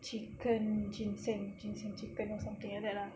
chicken ginseng ginseng chicken or something like that lah